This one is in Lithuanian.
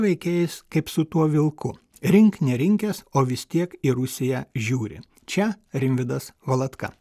veikėjais kaip su tuo vilku rink nerinkęs o vis tiek į rusiją žiūri čia rimvydas valatka